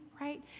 right